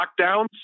lockdowns